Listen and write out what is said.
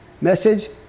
Message